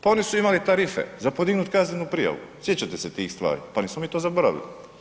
Pa oni su imali tarife za podignuti za kaznenu prijavu, sjećate se tih stvari, pa nismo mi to zaboravili.